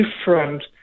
different